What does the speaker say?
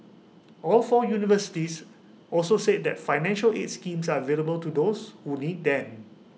all four universities also said that financial aid schemes are available to those who need them